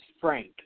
Frank